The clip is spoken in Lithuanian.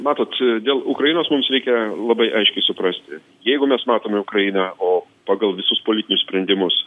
matot dėl ukrainos mums reikia labai aiškiai suprasti jeigu mes matome ukrainą o pagal visus politinius sprendimus